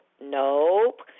Nope